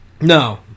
No